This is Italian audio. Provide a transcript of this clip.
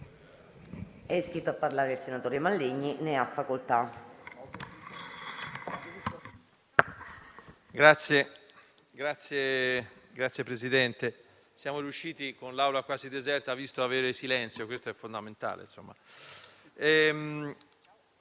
Signor Presidente, siamo riusciti con l'Aula quasi deserta ad avere silenzio; questo è fondamentale.